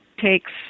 takes